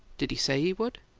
did he say he would?